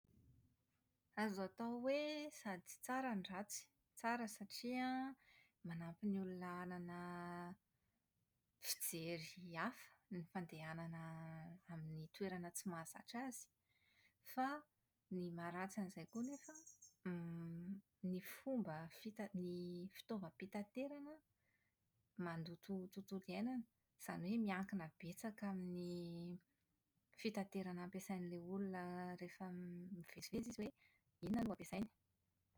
Azo atao hoe sady tsara no ratsy: tsara satria an, manampy ny olona hanana fijery hafa ny fandehanana amin'ny toerana tsy mahazatra azy, fa ny maharatsy an'izay koa anefa an, > ny fomba fita- fitaovampitaterana an, mandoto ny tontolo iainana. Izany hoe miankina betsaka amin'ny fitaterana ampiasain'ilay olona rehefa mivezivezy izy hoe inona no ampiasainy.